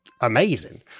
amazing